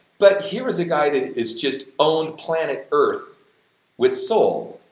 but he was a guy that is just owned planet earth with soul.